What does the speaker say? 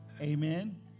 Amen